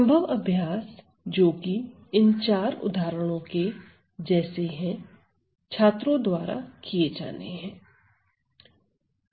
संभव अभ्यास जोकि इन चार उदाहरण के जैसे है छात्रों द्वारा किए जाने है